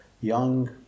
young